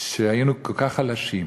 שהיינו כל כך חלשים,